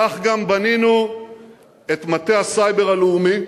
כך גם בנינו את מטה הסייבר הלאומי.